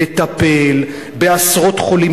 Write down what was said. לטפל בעשרות חולים,